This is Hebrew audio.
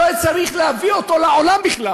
לא היה צריך להביא אותו לעולם בכלל.